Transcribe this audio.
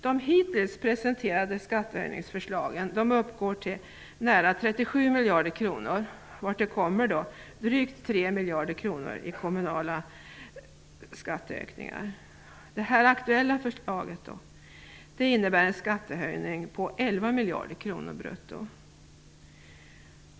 De hittills presenterade skattehöjningsförslagen uppgår till nära 37 miljarder kronor, vartill kommer drygt 3 miljarder kronor i kommunala skattehöjningar. Det nu aktuella förslaget innebär en skattehöjning på 11 miljarder kronor brutto.